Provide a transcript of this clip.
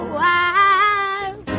wild